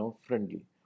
friendly